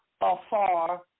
afar